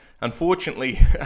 unfortunately